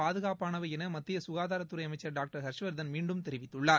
பாதுகாப்பனவை என மத்திய சுகாதாரத்துறை அமைச்சர் டாக்டர் ஹர்ஷ்வர்தன் மீண்டும் தெரிவித்துள்ளார்